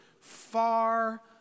far